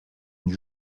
une